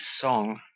song